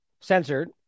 censored